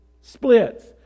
splits